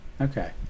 Okay